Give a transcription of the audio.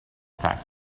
packed